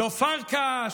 לא פרקש,